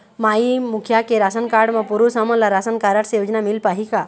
माई मुखिया के ration card म पुरुष हमन ला राशन कारड से योजना मिल पाही का?